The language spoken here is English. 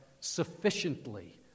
sufficiently